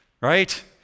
right